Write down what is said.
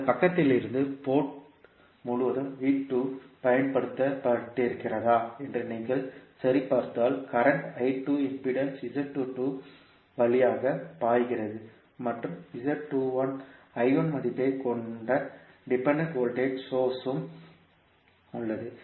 இந்த பக்கத்திலிருந்து போர்ட் முழுவதும் V2 பயன்படுத்தப் பட்டிருக்கிறதா என்று நீங்கள் சரி பார்த்தால் கரண்ட் I2 இம்பிடேன்ஸ் Z22 வழியாக பாய்கிறது மற்றும் Z21 I1 மதிப்பைக் கொண்ட டிபெண்டன்ட் வோல்டேஜ் சோர்ஸ் ம் உள்ளது